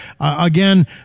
again